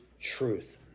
truth